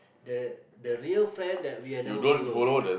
the the real friend that we'll never follow